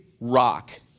rock